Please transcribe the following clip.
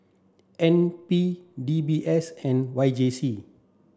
N P D B S and Y J C